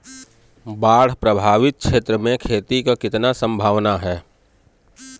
बाढ़ प्रभावित क्षेत्र में खेती क कितना सम्भावना हैं?